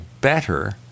better